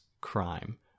crime